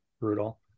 Brutal